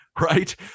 right